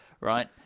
right